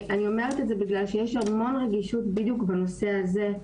אני אומרת את זה בגלל שיש המון רגישות בדיוק בנושא הזה,